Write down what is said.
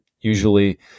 usually